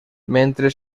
mentre